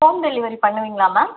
home delivery பண்ணுவீங்களா ma'am